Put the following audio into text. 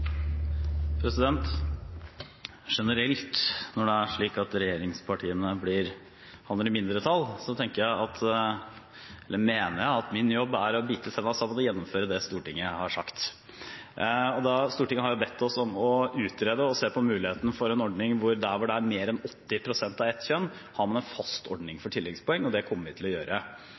Generelt når det er slik at regjeringspartiene havner i mindretall, mener jeg at min jobb er å bite seg fast og gjennomføre det Stortinget har sagt. Stortinget har bedt oss om å utrede og se på muligheten for en ordning hvor man, der hvor det er mer enn 80 pst. av ett kjønn, har en fast ordning for tilleggspoeng, og det kommer vi til å gjøre.